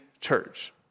Church